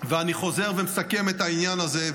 אני חוזר ומסכם את העניין הזה,